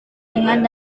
ringan